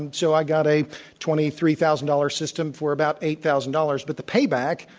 and so i got a twenty three thousand dollars system for about eight thousand dollars. but the payback,